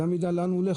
שאדם ידע לאן הוא הולך.